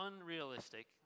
unrealistic